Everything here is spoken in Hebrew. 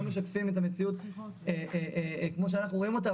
משקפים את המציאות כמו שאנחנו רואים אותה,